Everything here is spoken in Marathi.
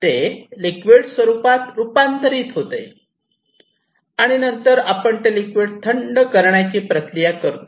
ते लिक्विड स्वरूपात रुपांतरित होते आणि नंतर आपण ते लिक्विड थंड करण्याची प्रक्रिया करतो